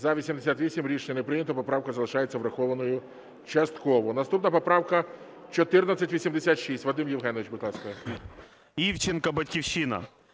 За-88 Рішення не прийнято. Поправка залишається врахованою частково. Наступна поправка 1486. Вадим Євгенович, будь ласка.